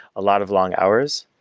a lot of long hours,